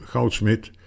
Goudsmit